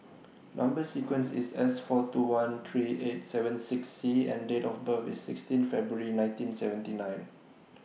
Number sequence IS S four two one three eight seven six C and Date of birth IS sixteen February nineteen seventy nine